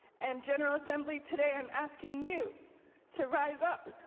and general assembly today, i'm asking you to rise up,